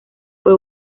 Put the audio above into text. fue